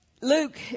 Luke